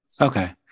Okay